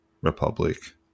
Republic